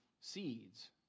seeds